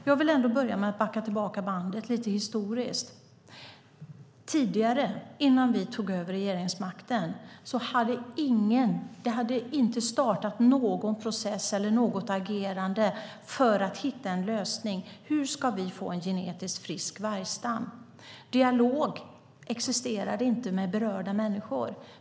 Herr talman! Jag vill börja med att backa tillbaka bandet lite historiskt. Tidigare, innan vi tog över regeringsmakten, hade det inte startats någon process eller något agerande för att hitta en lösning när det gäller hur vi ska få en genetiskt frisk vargstam. Dialog existerade inte med berörda människor.